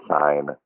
sign